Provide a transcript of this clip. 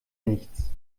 nichts